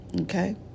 Okay